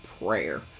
prayer